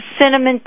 cinnamon